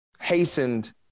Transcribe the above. hastened